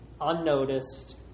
unnoticed